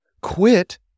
Quit